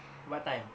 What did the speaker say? what time